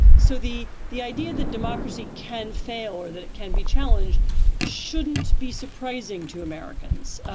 so the the idea that democracy can fail or that it can be challenged shouldn't be surprising to americans.